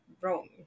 wrong